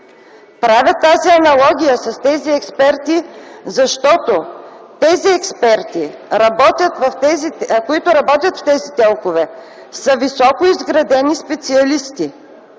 Правя тази аналогия с експертите, защото тези експерти, които работят в телковете, са високо изградени специалисти,